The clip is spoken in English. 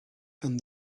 and